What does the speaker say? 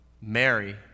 Mary